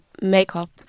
makeup